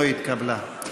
לא התקבלה.